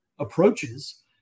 approaches